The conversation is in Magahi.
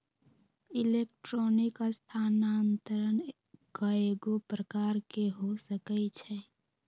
इलेक्ट्रॉनिक स्थानान्तरण कएगो प्रकार के हो सकइ छै